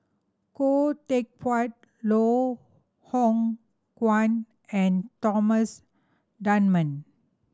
Khoo Teck Puat Loh Hoong Kwan and Thomas Dunman